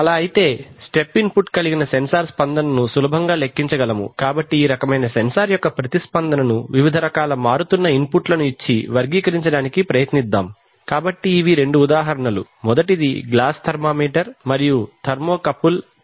అలా అయితే step input కలిగిన సెన్సార్ స్పందనను సులభంగా లెక్కించగలము కాబట్టి ఈ రకమైన సెన్సార్ యొక్క ప్రతిస్పందనను వివిధ రకాల మారుతున్న ఇన్పుట్లను ఇచ్చి వర్గీకరించడానికి ప్రయత్నిద్దాం కాబట్టి ఇవి రెండు ఉదాహరణలు మొదటిది గ్లాస్ థర్మామీటర్ మరియు థర్మోకపుల్ థర్మో వెల్